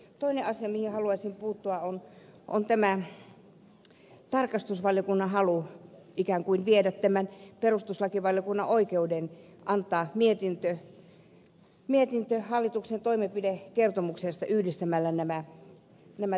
toinen asia mihin haluaisin puuttua on tämä tarkastusvaliokunnan halu ikään kuin viedä perustuslakivaliokunnan oikeus antaa mietintö hallituksen toimenpidekertomuksesta yhdistämällä tilintarkastuskertomus ja toimenpidekertomus